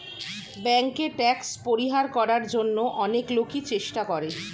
ব্যাংকে ট্যাক্স পরিহার করার জন্য অনেক লোকই চেষ্টা করে